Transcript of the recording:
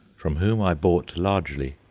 from whom i bought largely.